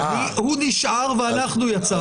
הוא נשאר ואנחנו יצאנו.